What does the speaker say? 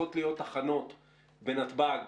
צריכות להיות הכנות בנתב"ג,